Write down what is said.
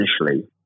initially